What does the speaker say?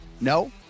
No